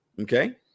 Okay